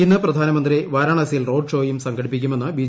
ഇന്ന് പ്രധാനമന്ത്രി വാരണാസിയിൽ റോഡ്ഷോയും സംഘടിപ്പിക്കുമെന്ന് ബി